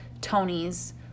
Tony's